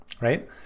right